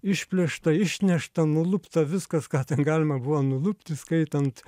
išplėšta išnešta nulupta viskas ką ten galima buvo nulupti skaitant